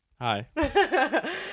Hi